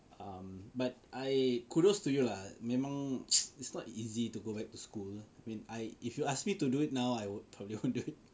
um but I kudos to you lah memang is not easy to go back to school when I if you ask me to do it now I would probably won't don't it